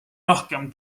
rohkem